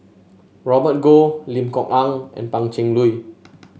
Robert Goh Lim Kok Ann and Pan Cheng Lui